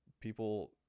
People